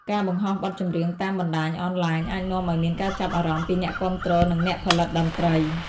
ការបង្ហោះបទចម្រៀងតាមបណ្ដាញអនឡាញអាចនាំឱ្យមានការចាប់អារម្មណ៍ពីអ្នកគាំទ្រនិងអ្នកផលិតតន្ត្រី។